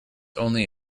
only